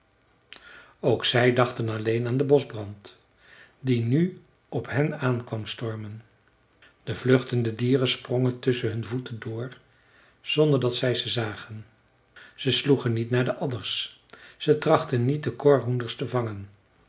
ook zij dachten alleen aan den boschbrand die nu op hen aan kwam stormen de vluchtende dieren sprongen tusschen hun voeten door zonder dat zij ze zagen ze sloegen niet naar de adders ze trachtten niet de korhoenders te vangen